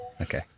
Okay